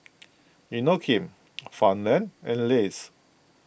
Inokim Farmland and Lays